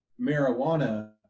marijuana